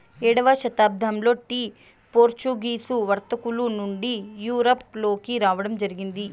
ఏడవ శతాబ్దంలో tea Portuguese వర్తకుల నుండి యూరప్ లోకి రావడం జరిగింది